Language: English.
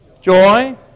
joy